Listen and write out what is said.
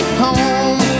home